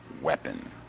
weapon